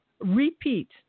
repeat